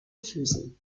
füßen